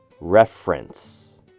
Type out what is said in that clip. reference